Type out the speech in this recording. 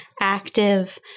active